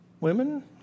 Women